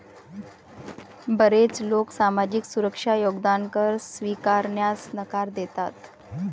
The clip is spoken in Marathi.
बरेच लोक सामाजिक सुरक्षा योगदान कर स्वीकारण्यास नकार देतात